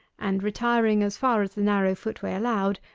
and retiring as far as the narrow footway allowed,